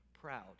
Proud